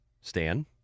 Stan